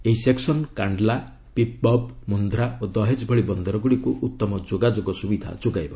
ଏହି ସେକ୍କନ୍ କାଷ୍ଡଲା ପିପବବ୍ ମୁନ୍ଧ୍ରା ଓ ଦହେଜ୍ ଭଳି ବନ୍ଦରଗୁଡ଼ିକୁ ଉତ୍ତମ ଯୋଗାଯୋଗ ସୁବିଧା ଯୋଗାଇବ